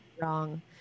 wrong